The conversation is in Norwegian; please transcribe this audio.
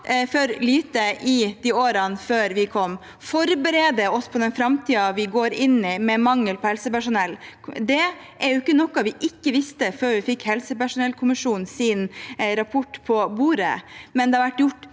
altfor lite i årene før vi kom. Vi må forberede oss på den framtiden vi går inn i, med mangel på helsepersonell. Det er ikke noe vi ikke visste før vi fikk helsepersonellkommisjonens rapport på bordet, men det har vært gjort